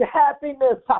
happiness